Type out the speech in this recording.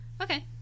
Okay